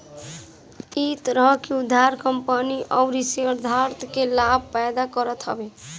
इ तरह के उधार कंपनी अउरी शेयरधारक के लाभ पैदा करत हवे